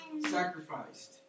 sacrificed